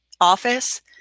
office